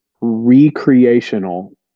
recreational